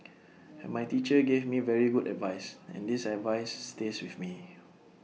and my teacher gave me very good advice and this advices stays with me